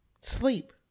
Sleep